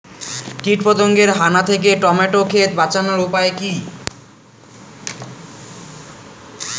কীটপতঙ্গের হানা থেকে টমেটো ক্ষেত বাঁচানোর উপায় কি?